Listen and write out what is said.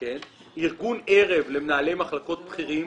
ארגון ערב למנהלי מחלקות בכירים